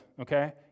okay